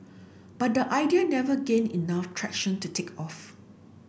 but the idea never gained enough traction to take off